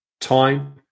time